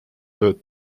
tööd